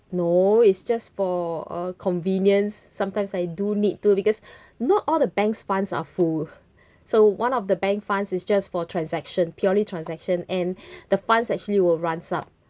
no it's just for uh convenience sometimes I do need to because not all the banks funds are full so one of the bank funds is just for transaction purely transaction and the funds actually will runs up